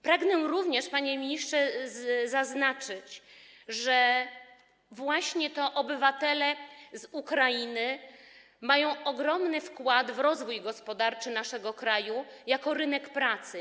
Pragnę również, panie ministrze, zaznaczyć, że właśnie to obywatele z Ukrainy mają ogromny wkład w rozwój gospodarczy naszego kraju, jeżeli chodzi o rynek pracy.